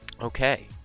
okay